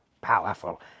powerful